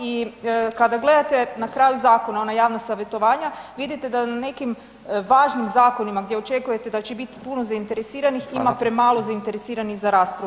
I kada gledate na kraju zakona, ona javna savjetovanja, vidite da nekim važnim zakona gdje očekujete da će biti puno zainteresiranih, ima premalo zainteresiranih za raspravu.